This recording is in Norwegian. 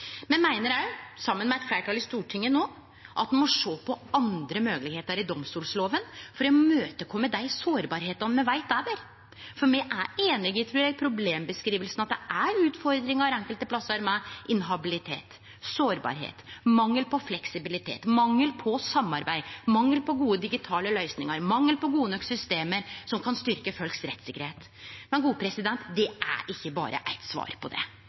Me meiner òg, saman med eit fleirtal i Stortinget no, at ein må sjå på andre moglegheiter i domstollova for å kome i møte dei sårbarheitene me veit er der. For me er einige i problembeskrivinga, at det er utfordringar enkelte plassar med inhabilitet, sårbarheit, mangel på fleksibilitet, mangel på samarbeid, mangel på gode digitale løysingar, mangel på gode nok system som kan styrkje rettssikkerheita for folk. Men det er ikkje berre eitt svar på det.